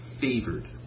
favored